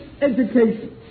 education